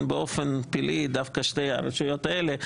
באופן פלאי, דווקא שתי הרשויות האלה.